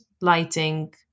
lighting